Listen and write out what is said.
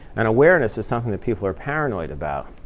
and awareness is something that people are paranoid about.